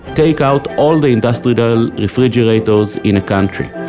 take out all the industrial refrigerators in a country